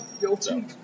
guilty